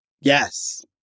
Yes